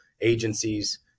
agencies